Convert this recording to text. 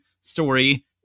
story